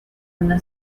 una